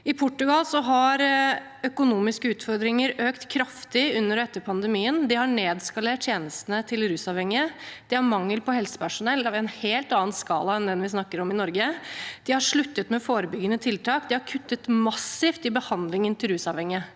I Portugal har økonomiske utfordringer økt kraftig under og etter pandemien. De har nedskalert tjenestene til rusavhengige, de har mangel på helsepersonell i en helt annen skala enn den vi snakker om i Norge, de har sluttet med forebyggende tiltak, og de har kuttet massivt i behandlingen til rusavhengige.